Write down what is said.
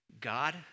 God